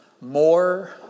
More